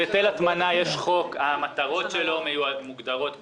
מדובר בהיטל הטמנה, והמטרות שלו מוגדרות בחוק.